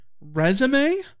resume